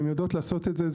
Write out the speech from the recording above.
הן יודעות לעשות את זה.